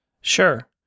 Sure